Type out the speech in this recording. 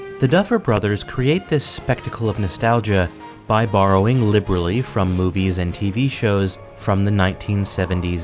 the duffer brothers create this spectacle of nostalgia by borrowing liberally from movies and tv shows from the nineteen seventy